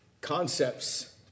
concepts